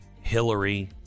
Hillary